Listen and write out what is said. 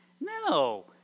No